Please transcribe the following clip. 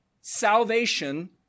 salvation